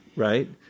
Right